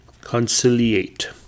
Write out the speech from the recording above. Conciliate